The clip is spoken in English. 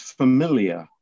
familiar